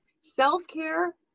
Self-care